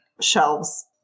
shelves